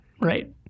Right